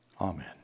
amen